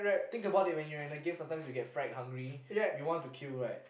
think about it when you're in a game sometimes you get fried hungry you want to kill right